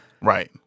right